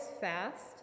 fast